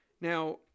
now